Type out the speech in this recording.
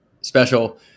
special